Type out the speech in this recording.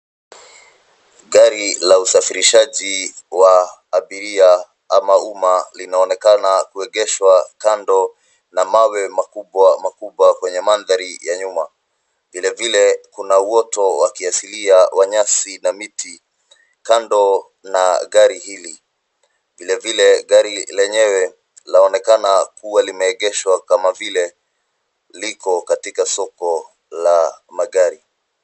Gari la usafirishaji wa abiria ama umma linaonekana kuegeshwa kando na mawe makubwa makubwa kwenye mandhari ya nyuma. Vilevile, kuna uoto wa kiasilia wa nyasi na miti kando ya gari hili. Vilevile gari lenyewe linaonekana kuwa limeegeshwa kama vile liko katika soko la magari.